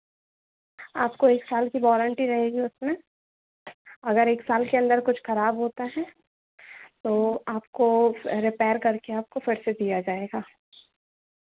आपको एक साल की वारंटी रहेगी उसमें अगर एक साल के अंदर कुछ खराब होता है तो आपको रिपेयर करके आपको फिर से दिया जाएगा